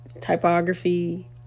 typography